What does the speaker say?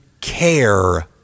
care